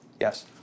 Yes